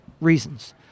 reasons